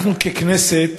אנחנו, ככנסת,